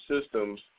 systems